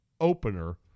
opener